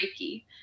Reiki